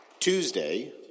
Tuesday